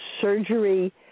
surgery